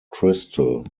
crystal